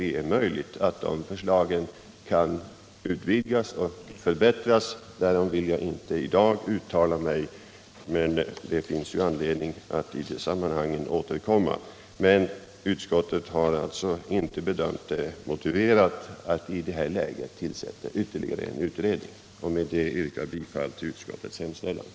Det är möjligt att de förslagen kan utvidgas och förbättras — därom vill jag inte i dag uttala mig — men det finns ju då anledning att återkomma i de sammanhangen. Utskottet har alltså inte bedömt det motiverat att i det här läget tillsätta ytterligare en utredning, och med hänvisning till detta yrkar jag bifall till utskottets hemställan.